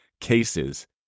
cases